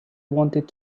wanted